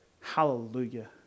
Hallelujah